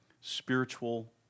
Spiritual